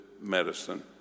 medicine